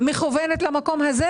מכוונת למקום הזה,